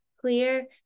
clear